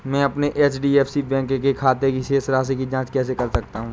मैं अपने HDFC bank के खाते की शेष राशि की जाँच कैसे कर सकता हूँ?